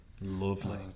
Lovely